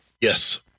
Yes